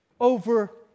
over